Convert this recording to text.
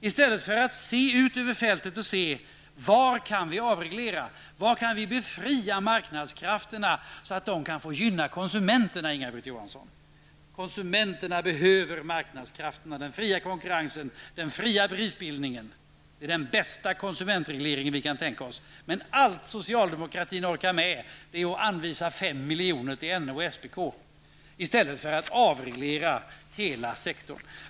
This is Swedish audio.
I stället kunde man väl blicka ut över fältet för att se var det går att avreglera och var det går att befria marknadskrafterna, så att dessa får gynna konsumenterna, Inga-Britt Johansson! Konsumenterna behöver marknadskrafterna, en fri konkurrens och en fri prisbildning. Det är den bästa konsumentreglering som vi kan tänka oss. Men det enda som socialdemokraterna orkar med är alltså att anvisa ytterligare 5 miljoner till NO och SPK. I stället borde, som sagt, hela den den här sektorn avregleras. Herr talman!